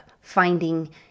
finding